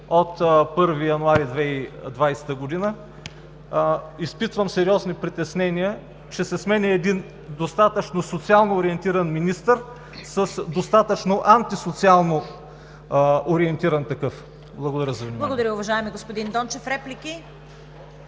от 1 януари 2020 г., изпитвам сериозни притеснения, че се сменя един достатъчно социално ориентиран министър с достатъчно антисоциално ориентиран такъв. Благодаря за вниманието. ПРЕДСЕДАТЕЛ ЦВЕТА КАРАЯНЧЕВА: Благодаря, уважаеми господин Дончев. Реплики?